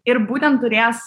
ir būtent turės